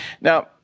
Now